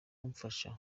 kumfasha